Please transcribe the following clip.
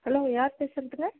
hello யார் பேசுகிறதுங்க